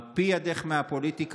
הרפי ידך מהפוליטיקה,